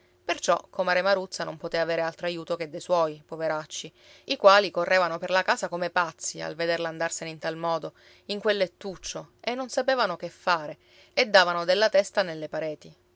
perciò comare maruzza non poté avere altro aiuto che dei suoi poveracci i quali correvano per la casa come pazzi al vederla andarsene in tal modo in quel lettuccio e non sapevano che fare e davano della testa nelle pareti